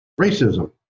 racism